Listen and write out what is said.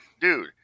dude